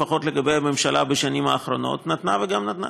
לפחות הממשלה בשנים האחרונות נתנה גם נתנה.